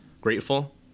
grateful